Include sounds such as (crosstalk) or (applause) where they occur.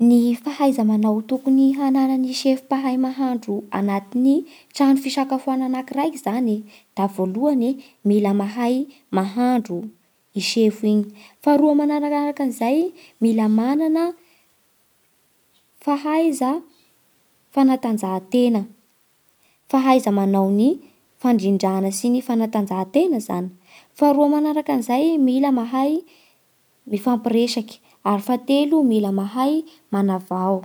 Ny fahaiza-manao tokony hananan'ny sefo mpahay mahandro agnatin'ny trano fisakafoanana raiky zany e da voalohany mila mahay mahandro i sefo igny. Faharoa manarakaraka an'izay mila manana fahaiza (hesitation) fanatanjahan-tena, fahaiza-manao ny fandrindrana sy ny fanatanjahan-tena zany. Faharoa manaraka an'izay mila mahay (hesitation) mifampiresaky. Ary fahatelo mila mahay manavao.